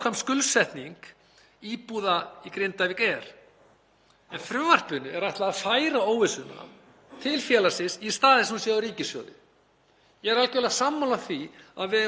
Ég er algerlega sammála því að við eigum að færa óvissuna og áhættuna frá Grindvíkingum til samfélagsins, til ríkissjóðs,